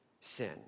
sin